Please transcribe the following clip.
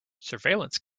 surveillance